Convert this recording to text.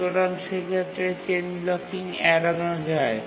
সুতরাং সেক্ষেত্রে chain blocking এড়ানো যায়